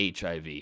HIV